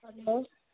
hello